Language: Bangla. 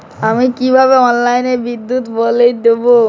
আমি কিভাবে অনলাইনে বিদ্যুৎ বিল দেবো?